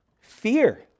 Fear